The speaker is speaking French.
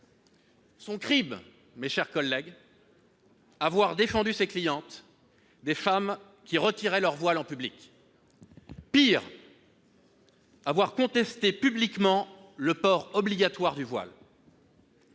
Son crime ? Avoir défendu ses clientes, des femmes qui retiraient leur voile en public. Pis, avoir contesté publiquement le port obligatoire du voile